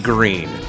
Green